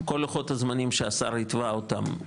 כל לוחות הזמנים שהשר התווה אותם,